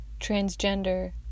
transgender